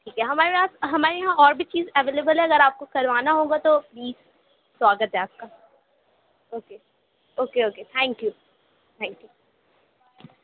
ٹھیک ہے ہمارے یہاں ہمارے یہاں اور بھی چیز اویلیبل ہے اگر آپ کو کروانا ہوگا تو سواگت ہے آپ کا okay okay okay thank you thank you